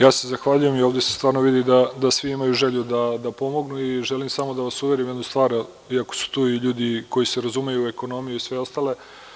Ja se zahvaljujem i ovde se stvarno vidi da svi imaju želju da pomognu i želim samo da vas uverim u jednu stvar iako su tu i ljudi koji se razumeju u ekonomiju i sve ostalo.